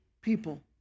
people